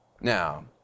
Now